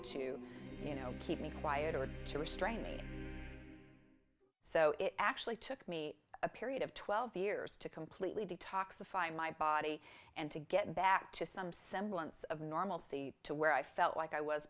to you know keep me why it was to restrain me so it actually took me a period of twelve years to completely detoxify my body and to get back to some semblance of normalcy to where i felt like i was